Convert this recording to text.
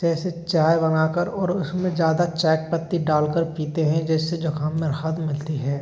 जैसे चाय बनाकर और उसमें ज़्यादा चाय की पत्ती डालकर पीते हैं जिससे जुखाम में राहत मिलती है